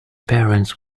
parents